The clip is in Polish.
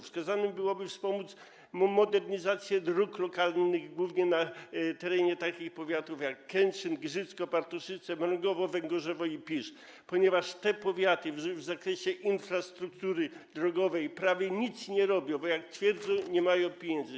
Wskazane byłoby wspomożenie modernizacji dróg lokalnych, głównie na terenie takich powiatów, jak Kętrzyn, Giżycko, Bartoszyce, Mrągowo, Węgorzewo i Pisz, ponieważ te powiaty w zakresie infrastruktury drogowej prawie nic nie robią, bo - jak twierdzą - nie mają pieniędzy.